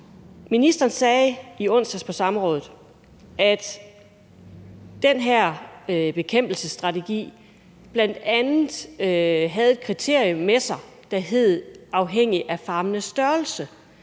Ministeren sagde i onsdags på samrådet, at den her bekæmpelsesstrategi bl.a. havde et kriterie knyttet til sig, som var, at det var afhængigt af farmenes størrelse.